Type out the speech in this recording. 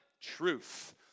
truth